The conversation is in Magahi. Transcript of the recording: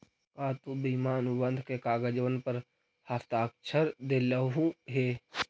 का तु बीमा अनुबंध के कागजबन पर हस्ताक्षरकर देलहुं हे?